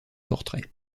portraits